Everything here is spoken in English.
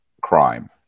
crime